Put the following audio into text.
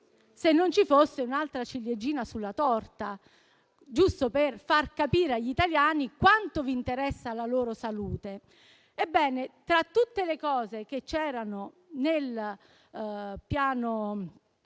se non ci fosse un'altra ciliegina sulla torta, giusto per far capire agli italiani quanto vi interessa la loro salute. Ebbene, tra tutte le misure inserite nel Piano